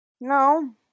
no